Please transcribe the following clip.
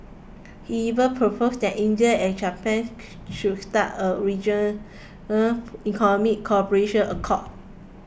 he even proposed that India and Japan should start a regional economic cooperation accord